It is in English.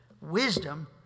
Wisdom